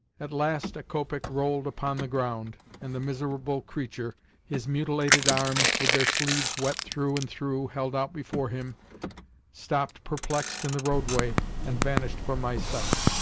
at last a copeck rolled upon the ground, and the miserable creature his mutilated arms, with their sleeves wet through and through, held out before him stopped perplexed in the roadway and vanished from my sight.